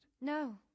No